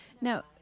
Now